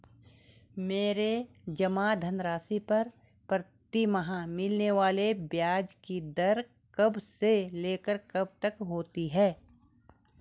मेरे जमा धन राशि पर प्रतिमाह मिलने वाले ब्याज की दर कब से लेकर कब तक होती है?